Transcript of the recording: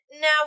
now